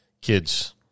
kids